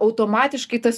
automatiškai tas